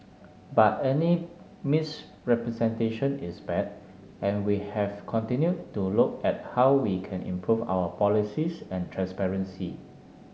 but any misrepresentation is bad and we have continued to look at how we can improve our policies and transparency